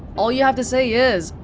all you have to say is,